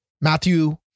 Matthew